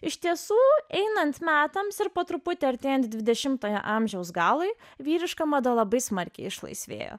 iš tiesų einant metams ir po truputį artėjant dvidešimtojo amžiaus galui vyriška mada labai smarkiai išlaisvėjo